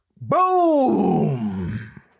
boom